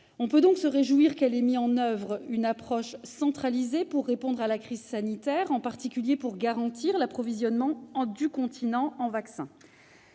On peut donc se réjouir qu'elle ait mis en oeuvre une approche centralisée pour répondre à la crise sanitaire, et en particulier pour garantir l'approvisionnement du continent en vaccins.